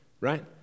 right